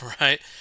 right